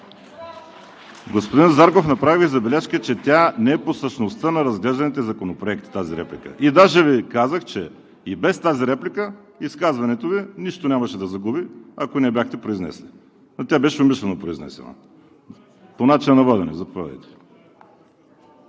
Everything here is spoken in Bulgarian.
Господин Зарков, направих забележка, че тази реплика не е по същността на разглежданите законопроекти. И даже Ви казах, че и без тази реплика изказването Ви нищо нямаше да загуби, ако не я бяхте произнесли, но тя беше умишлено произнесена. По начина на водене – заповядайте.